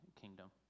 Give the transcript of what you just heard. kingdom